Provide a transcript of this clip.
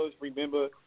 remember